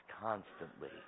constantly